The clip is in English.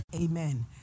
Amen